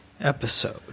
episode